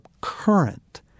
current